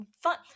Fun